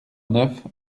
neuf